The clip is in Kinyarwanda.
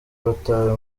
batawe